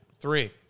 Three